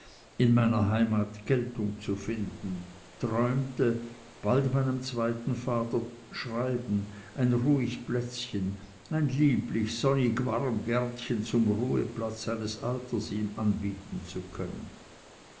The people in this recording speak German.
in meiner heimat geltung zu finden träumte bald meinem zweiten vater schreiben ein ruhig plätzchen ein lieblich sonnigwarm gärtchen zum ruheplatz seines alters ihm anbieten zu können